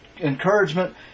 encouragement